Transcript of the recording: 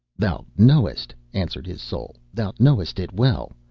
thou knowest answered his soul, thou knowest it well.